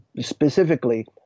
specifically